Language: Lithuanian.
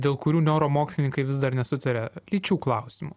dėl kurių neuromokslininkai vis dar nesutaria lyčių klausimu